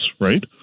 right